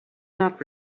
not